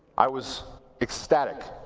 i was ecstatic.